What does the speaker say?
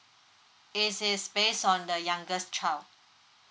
it is based on the youngest child